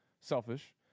selfish